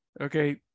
okay